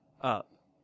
up